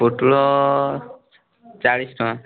ପୋଟଳ ଚାଳିଶ ଟଙ୍କା